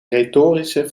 retorische